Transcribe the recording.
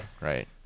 right